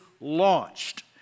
launched